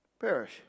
perish